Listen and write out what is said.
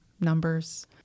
numbers